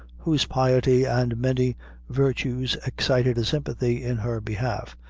whose piety and many virtues excited a sympathy in her behalf,